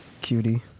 cutie